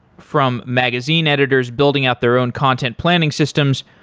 from magazine editors building up their own content planning systems,